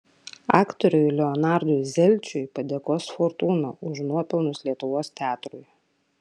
aktoriui leonardui zelčiui padėkos fortūna už nuopelnus lietuvos teatrui